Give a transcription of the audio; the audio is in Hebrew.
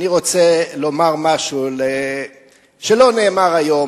אני רוצה לומר משהו שלא נאמר היום,